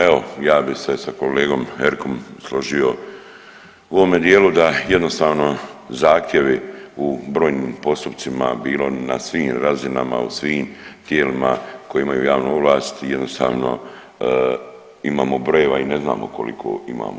Evo ja bi se sa kolegom Erikom složio u ovome dijelu da jednostavno zahtjevi u brojnim postupcima, bilo na svim razinama, u svim tijelima koja imaju javnu ovlast jednostavno imamo brojeva i ne znamo koliko imamo.